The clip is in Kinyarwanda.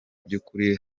by’ukuri